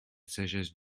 sagesse